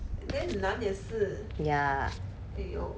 then 很难也是 !aiyo!